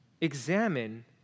Examine